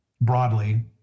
broadly